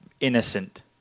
innocent